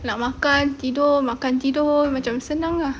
nak makan tidur makan tidur macam senang ah